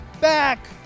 back